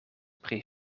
pri